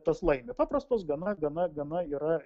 tas laimi paprastos gana gana gana yra